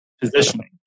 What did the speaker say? positioning